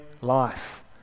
life